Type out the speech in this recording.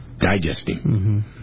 digesting